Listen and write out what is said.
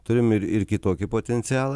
turim ir ir kitokį potencialą